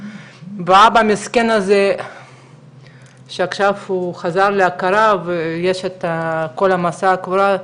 והאבא המסכן הזה שעכשיו הוא חזר להכרה ויש את כל מסע הקבורה.